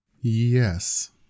Yes